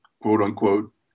quote-unquote